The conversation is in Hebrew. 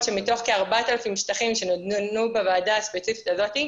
שמתוך כ-4,000 שטחים שנידונו בוועדה הספציפית הזאת,